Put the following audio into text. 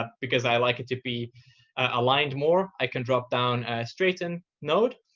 ah because i like it to be aligned more, i can drop down a straighten node.